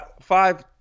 Five